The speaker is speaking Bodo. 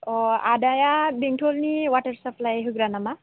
अ आदाया बेंथलनि वाटार साप्लाइ होग्रा नामा